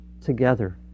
together